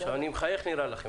אני אומנם נראה לכם מחייך,